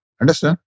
Understand